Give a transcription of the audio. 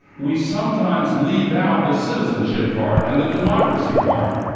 we sometimes leave out the citizenship part and the democracy part.